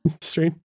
stream